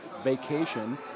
vacation